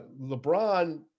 LeBron